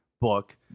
book